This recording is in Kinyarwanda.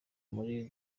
muri